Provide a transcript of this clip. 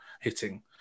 hitting